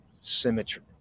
symmetry